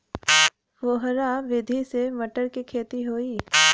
फुहरा विधि से मटर के खेती होई